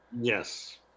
Yes